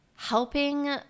helping